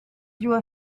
through